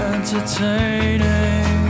Entertaining